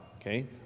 okay